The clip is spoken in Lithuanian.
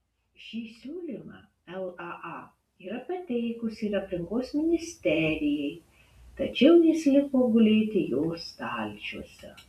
šį siūlymą laa yra pateikusi ir aplinkos ministerijai tačiau jis liko gulėti jos stalčiuose